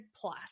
plus